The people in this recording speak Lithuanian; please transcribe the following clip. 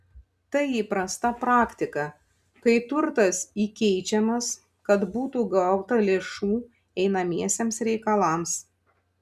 tai įprasta praktika kai turtas įkeičiamas kad būtų gauta lėšų einamiesiems reikalams